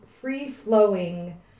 free-flowing